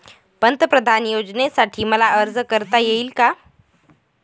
पंतप्रधान योजनेसाठी मला अर्ज करता येईल का?